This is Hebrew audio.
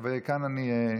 אבל כן, אני,